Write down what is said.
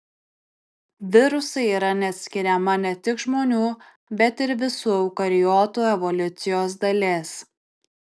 virusai yra neatskiriama ne tik žmonių bet ir visų eukariotų evoliucijos dalis